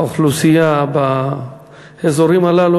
האוכלוסייה באזורים הללו,